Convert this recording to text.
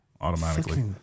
automatically